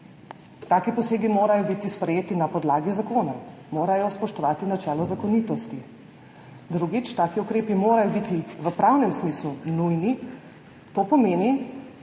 taki posegi morajo biti sprejeti na podlagi zakona, morajo spoštovati načelo zakonitosti. Drugič, taki ukrepi morajo biti v pravnem smislu nujni, to pomeni,